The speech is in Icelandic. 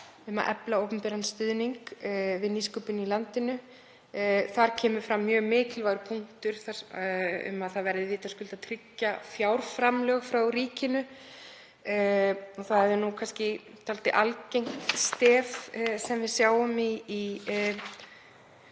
um að efla opinberan stuðning við nýsköpun í landinu. Þar kemur fram mjög mikilvægur punktur um að vitaskuld verði að tryggja fjárframlög frá ríkinu. Það er kannski dálítið algengt stef sem við sjáum í